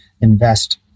invest